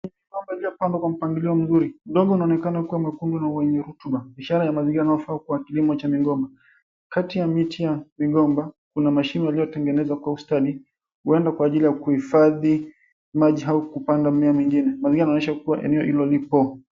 ...ambayo yamepandwa kwa mpangilio mzuri. Udongo unaonekana kuwa mwekundu na wenye rutuba. Ishara ya mazingira yanayofaa kwa kilimo cha migomba. Kati ya miti ya migomba kuna mashimo yaliyotengenezwa kwa ustaadi huenda kwa ajili ya kuhifadhi maji au kupanda mimea mingine. Mazingira yanaonyesha kuwa eneo hilo lipo.